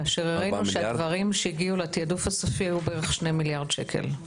כאשר הראינו שהדברים שהגיעו לתעדוף הסופי היו בערך 2 מיליארד שקלים.